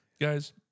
guys